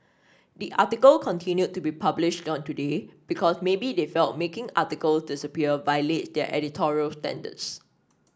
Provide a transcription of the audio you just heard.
the article continued to be published on today because maybe they felt making articles disappear violates their editorial standards